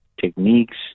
techniques